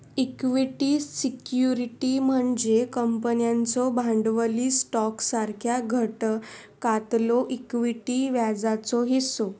equity security म्हणजे कंपन्यांचो भांडवली स्टॉकसारख्या घटकातलो इक्विटी व्याजाचो हिस्सो